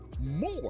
more